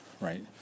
right